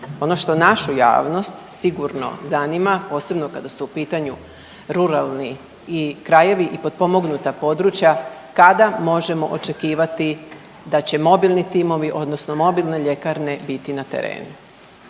Ono što našu javnost sigurno zanima posebno kada su u pitanju ruralni krajevi i potpomognuta područja. kada možemo očekivati da će mobilni timovi odnosno mobilne ljekarne biti na terenu?